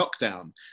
lockdown